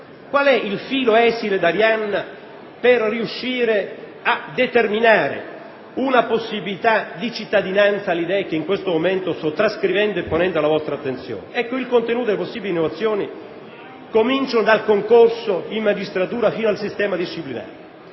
qual è il filo esile di Arianna per riuscire a determinare una possibilità di cittadinanza alle idee che in questo momento sto trascrivendo e ponendo alla vostra attenzione? Ecco il contenuto delle possibili innovazioni, cominciando dal concorso in magistratura fino al sistema disciplinare.